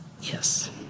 Yes